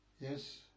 Yes